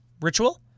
Ritual